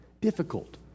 difficult